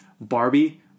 Barbie